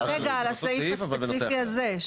כרגע על הסעיף הספציפי הזה.